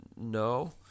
No